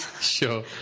Sure